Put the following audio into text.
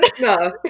no